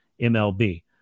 mlb